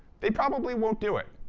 they probably won't do it.